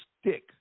stick